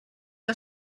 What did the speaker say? que